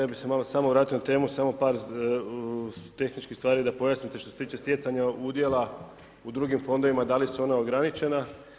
Ja bih se malo samo vratio na temu, samo par tehničkih stvari da pojasnim što se tiče stjecanja udjela u drugim fondovima da li su ona ograničena.